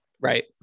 right